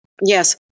Yes